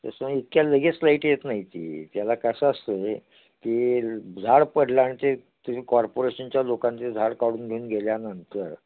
तसं इतक्या लगेच लाईट येत नाही ती त्याला कसं असतं आहे की झाड पडलं आणि ते ते जे कॉर्पोरेशनच्या लोकांनी ते झाड काढून घेऊन गेल्यानंतर